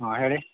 ಹಾಂ ಹೇಳಿ